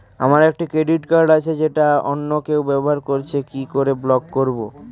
আমার একটি credit card আছে যেটা অন্য কেউ ব্যবহার করছে কি করে ব্লক করবো?